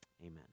Amen